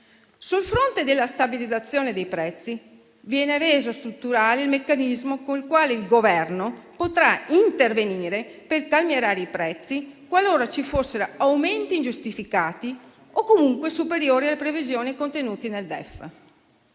Sul fronte della stabilizzazione dei prezzi, viene reso strutturale il meccanismo con il quale il Governo potrà intervenire per calmierare i prezzi, qualora ci fossero aumenti ingiustificati o comunque superiori alle previsioni contenute nel DEF.